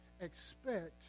expect